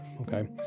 okay